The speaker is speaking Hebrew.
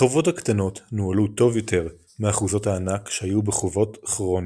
החוות הקטנות נוהלו טוב יותר מאחוזות הענק שהיו בחובות כרוניים.